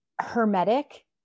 hermetic